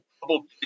double